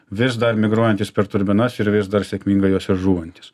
vis dar migruojantys per turbinas ir vis dar sėkmingai jose žūvantys